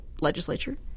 legislature